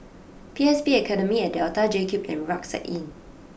P S B Academy at Delta JCube and Rucksack Inn